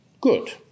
good